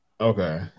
Okay